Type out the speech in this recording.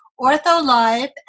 OrthoLive